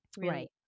right